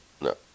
No